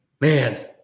man